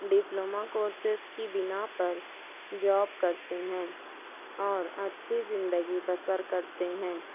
diploma courses کی بنا پر جاب کرتے ہیں اور اچھی زندگی بسر کرتے ہیں